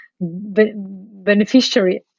beneficiary